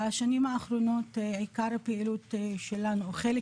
בשנים האחרונות עיקר הפעילות שלנו או חלק